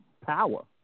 power